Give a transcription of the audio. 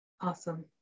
Awesome